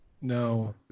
No